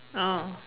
oh